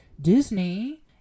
Disney